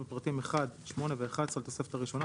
"(ד) בפרט 5- (1) בטור ב',